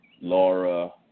Laura